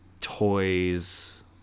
toys